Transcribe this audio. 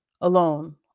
Alone